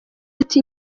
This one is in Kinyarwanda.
ati